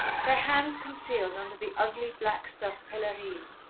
their hands concealed under the ugly black-stuff pelerine,